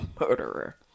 murderer